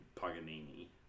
Paganini